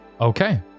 Okay